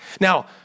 Now